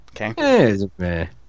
okay